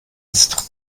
ist